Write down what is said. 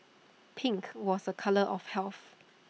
pink was A colour of health